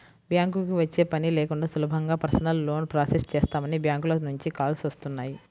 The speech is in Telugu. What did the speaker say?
బ్యాంకుకి వచ్చే పని లేకుండా సులభంగా పర్సనల్ లోన్ ప్రాసెస్ చేస్తామని బ్యాంకుల నుంచి కాల్స్ వస్తున్నాయి